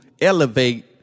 elevate